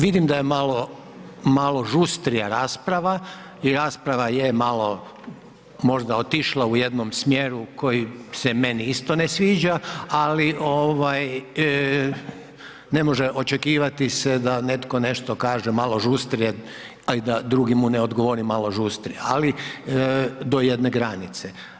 Vidim da je malo žustrija rasprava i rasprava je malo možda otišla u jednom smjeru koji se meni isto ne sviđa, ali ne može se očekivati da netko nešto kaže malo žustrije, a da mu drugi ne odgovori malo žustrije, ali do jedne granice.